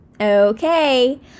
Okay